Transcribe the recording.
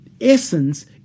essence